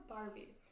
Barbie